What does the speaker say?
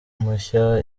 mushya